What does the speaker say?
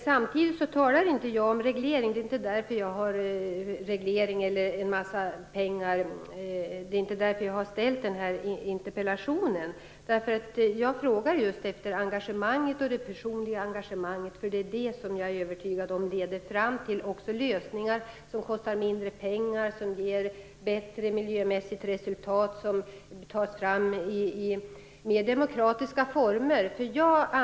Samtidigt talar inte jag om reglering eller en massa pengar. Det är inte därför jag ställt interpellationen. Jag frågade just efter det personliga engagemanget, därför att jag är övertygad om att det leder fram till lösningar som kostar mindre pengar, ger bättre miljömässigt resultat och tas fram under demokratiska former.